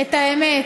את האמת.